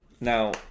Now